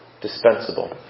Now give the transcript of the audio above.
dispensable